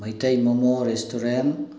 Meitei momo restaurant